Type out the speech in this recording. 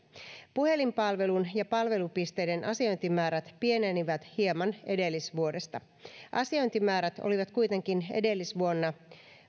puhelinpalvelun ja palvelupisteiden asiointimäärät pienenivät hieman edellisvuodesta asiointimäärät olivat kuitenkin edellisvuonna